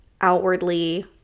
outwardly